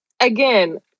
again